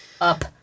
up